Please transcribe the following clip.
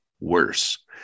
worse